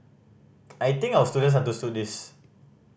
I think our students understood this